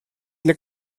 для